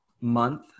month